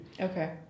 Okay